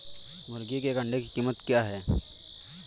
मुर्गी के एक अंडे की कीमत क्या है?